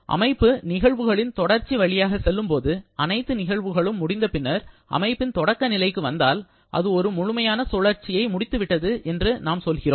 அமைப்பு நிகழ்வுகளின் தொடர்ச்சி வழியாக செல்லும்போது அனைத்து நிகழ்வுகளும் முடிந்த பின்னர் அமைப்பின் தொடக்க நிலைக்கு வந்தால் அது ஒரு முழுமையான சுழற்சியை முடிந்துவிட்டது என்று சொல்கிறோம்